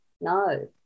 No